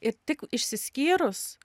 ir tik išsiskyrus